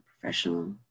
Professional